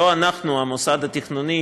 לא אנחנו המוסד התכנוני